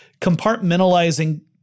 compartmentalizing